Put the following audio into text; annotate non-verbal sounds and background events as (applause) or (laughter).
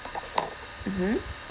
(noise) mmhmm